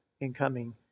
incoming